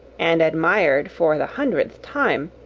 and admired, for the hundredth time,